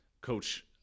Coach